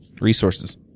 resources